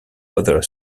other